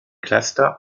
cluster